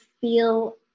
feel